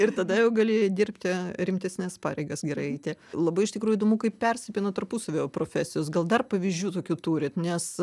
ir tada jau gali dirbti rimtesnes pareigas gerai eiti labai iš tikrųjų įdomu kaip persipina tarpusavyje profesijos gal dar pavyzdžių tokių turit nes